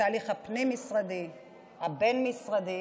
התהליך הפנים-משרדי, הבין-משרדי,